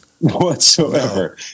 whatsoever